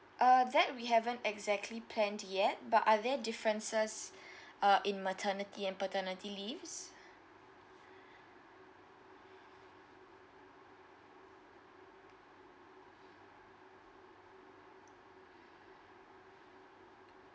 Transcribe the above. uh that we haven't exactly plan yet but are there differences uh in maternity and paternity leaves